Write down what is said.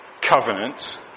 covenant